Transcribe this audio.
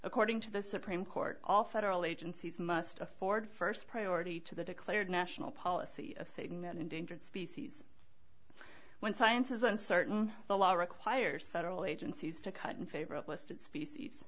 according to the supreme court all federal agencies must afford first priority to the declared national policy of saving an endangered species when science is uncertain the law requires federal agencies to cut in favor of listed species